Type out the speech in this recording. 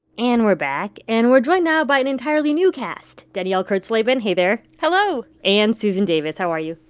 and we're back, and we're joined now by an entirely new cast danielle kurtzleben. hey there hello and susan davis. how are you?